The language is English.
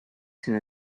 soon